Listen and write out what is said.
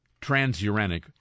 transuranic